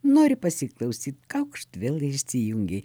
nori pasiklausyt kaukšt vėl įsijungei